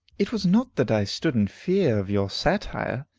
it was not that i stood in fear of your satire,